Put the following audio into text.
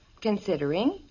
considering